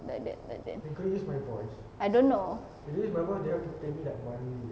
that that that that I don't know